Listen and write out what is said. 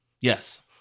Yes